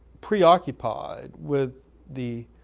preoccupied with the